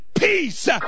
peace